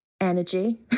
energy